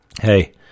hey